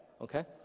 okay